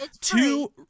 Two